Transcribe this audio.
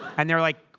and they're like,